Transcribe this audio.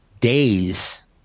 days